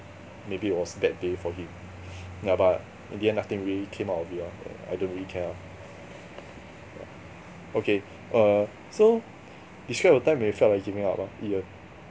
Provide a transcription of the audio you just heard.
maybe it was bad day for him yeah but in the end nothing really came out of it ah I don't really care lah okay err so describe a time when you felt like giving up ah Ian